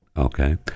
okay